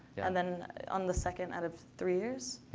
and then on the second out of three years,